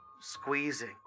squeezing